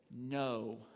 No